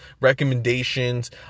recommendations